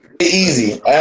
easy